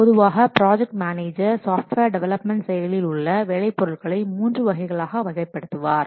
பொதுவாக project manager software development செயலில் உள்ள வேலை பொருட்களை மூன்று வகைகளாக வகைப்படுத்துவார்